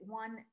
one